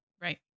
Right